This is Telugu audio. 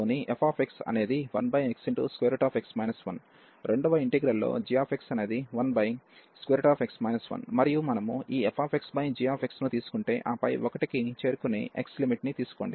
రెండవ ఇంటిగ్రల్ లో g అనేది 1x 1 మరియు మనము ఈ fxgx ను తీసుకుంటే ఆపై 1 కి చేరుకునే x లిమిట్ ని తీసుకోండి